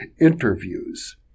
interviews